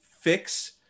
fix